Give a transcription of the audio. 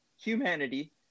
humanity